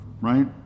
Right